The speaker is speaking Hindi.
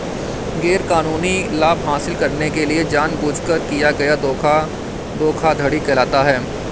गैरकानूनी लाभ हासिल करने के लिए जानबूझकर किया गया धोखा धोखाधड़ी कहलाता है